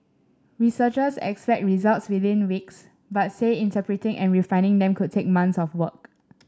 researchers expect results within weeks but say interpreting and refining them could take months of work